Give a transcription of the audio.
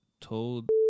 told